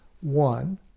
One